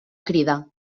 crida